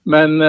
Men